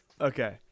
Okay